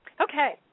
Okay